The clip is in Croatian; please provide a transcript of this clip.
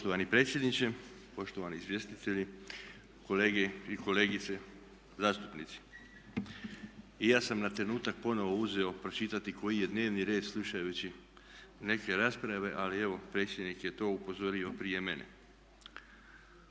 Poštovani predsjedniče, poštovani izvjestitelji, kolege i kolegice zastupnici. I ja sam na trenutak ponovo uzeo pročitati koji je dnevni red slušajući neke rasprave, ali evo predsjednik je to upozorio prije mene.